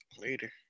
Later